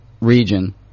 region